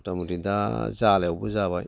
मथा मथि दा जालायावबो जाबाय